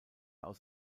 aus